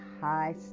high